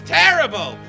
terrible